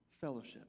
fellowship